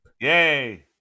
Yay